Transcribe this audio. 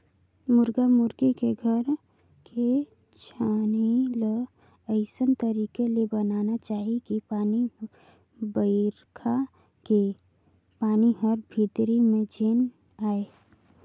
मुरगा मुरगी के घर के छानही ल अइसन तरीका ले बनाना चाही कि पानी बइरखा के पानी हर भीतरी में झेन आये